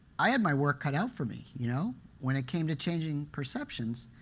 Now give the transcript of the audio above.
i had my work cut out for me. you know when it came to changing perceptions,